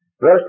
Verse